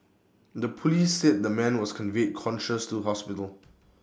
the Police said the man was conveyed conscious to hospital